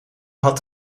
had